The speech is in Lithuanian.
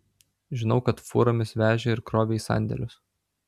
žinau kad fūromis vežė ir krovė į sandėlius